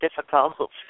difficult